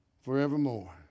forevermore